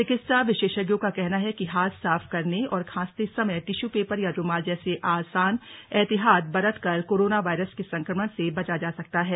चिकित्सा विशेषज्ञों का कहना है कि हाथ साफ करने और खांसते समय टिश्यू पेपर या रूमाल जैसे आसान एहतियात बरत कर कोरोना वायरस के संक्रमण से बचा जा सकता है